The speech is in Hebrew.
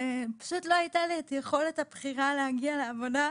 ופשוט לא הייתה לי יכולת הבחירה להגיע לעבודה,